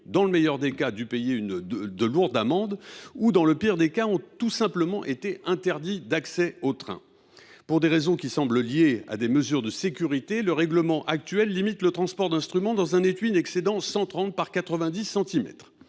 dans le meilleur des cas, ont dû payer de lourdes amendes ou, dans le pire des cas, ont été tout simplement interdits d’accès au train. Pour des raisons qui semblent liées à des mesures de sécurité, le règlement actuel limite le transport aux instruments tenant dans un étui dont les dimensions